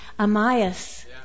Amias